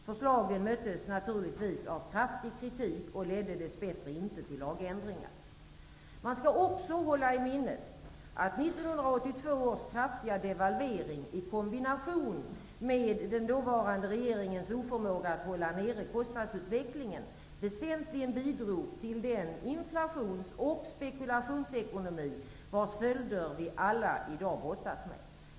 Förslagen möttes naturligvis av kraftig kritik och ledde dess bättre inte till lagändringar. Vi skall också hålla i minnet att 1982 års kraftiga devalvering i kombination med den dåvarande regeringens oförmåga att hålla nere kostnadsutvecklingen, väsentligen bidrog till den inflations och spekulationsekonomi vars följder vi alla i dag brottas med.